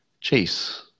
Chase